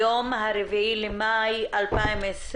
היום ה-4 למאי 2020,